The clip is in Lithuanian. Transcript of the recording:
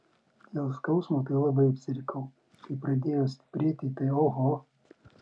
dėl skausmo tai labai apsirikau kai pradėjo stiprėti tai oho